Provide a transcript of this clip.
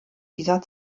dieser